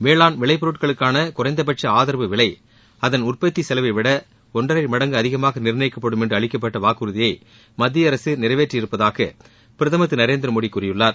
வேளாண் விளைப்பொருட்களுக்கான குறைந்தபட்ச ஆதரவு விலை அதன் உற்பத்தி செலவைவிட ஒன்றரை மடங்கு அதிகமாக நிர்ணயிக்கப்படும் என்று அளிக்கப்பட்ட வாக்குறுதியை மத்தியஅரசு நிறைவேற்றியிருப்பதாக பிரதமர் திரு நரேந்திரமோடி கூறியுள்ளார்